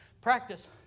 practice